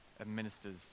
administers